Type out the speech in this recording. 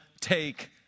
take